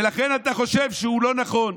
ולכן אתה חושב שהוא לא נכון,